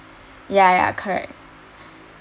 ya ya correct